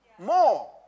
More